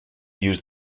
use